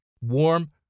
Warm